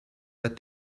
that